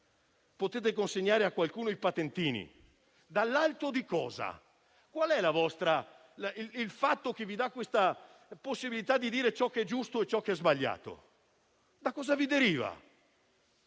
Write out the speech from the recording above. potete consegnare a qualcuno i patentini. Dall'alto di cosa? Qual è la ragione che vi dà la facoltà di dire ciò che è giusto e ciò che è sbagliato? Da cosa vi deriva?